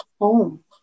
home